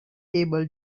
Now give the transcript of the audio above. able